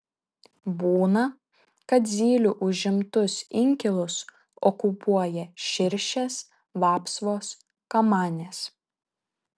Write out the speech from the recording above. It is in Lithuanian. būna kad zylių užimtus inkilus okupuoja širšės vapsvos kamanės